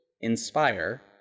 Inspire